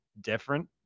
different